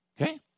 Okay